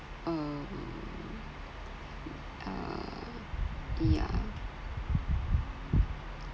um um yeah